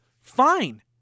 fine